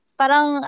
parang